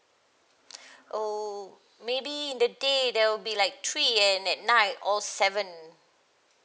oh maybe the day there will be like three and at night all seven